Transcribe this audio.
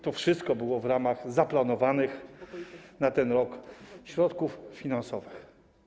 To wszystko było w ramach zaplanowanych na ten rok środków finansowych.